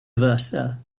versa